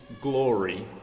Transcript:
glory